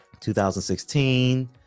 2016